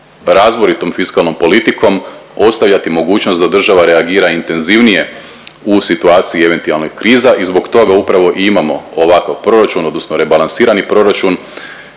razboritom fiskalnom politikom ostavljati mogućnost da država reagira intenzivnije u situaciji eventualnih kriza i zbog toga upravo i imamo ovakav proračun odnosno rebalansirani proračun